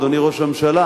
אדוני ראש הממשלה,